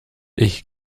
ich